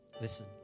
Listen